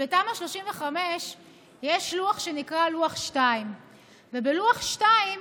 בתמ"א 35 יש לוח שנקרא לוח 2. בלוח 2,